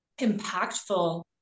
impactful